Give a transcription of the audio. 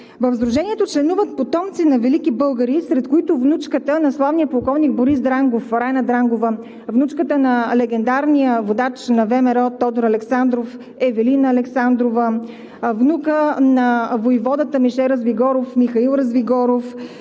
В сдружението членуват потомци на велики българи, сред които внучката на славния полковник Борис Дрангов – Райна Дрангова, внучката на легендарния водач на ВМРО Тодор Александров – Евелина Александрова, внукът на войводата Мише Развигоров – Михаил Развигоров,